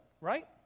right